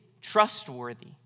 trustworthy